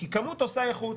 כי כמות עושה איכות.